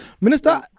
Minister